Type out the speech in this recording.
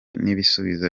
n’ibisubizo